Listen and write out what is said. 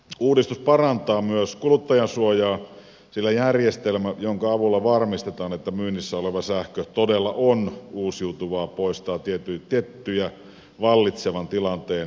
uudistus parantaa myös kuluttajansuojaa sillä järjestelmä jonka avulla varmistetaan että myynnissä oleva sähkö todella on uusiutuvaa poistaa tiettyjä vallitsevan tilanteen tämänhetkisiä ongelmia